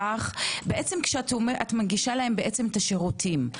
כשאת מגישה להם את השירותים,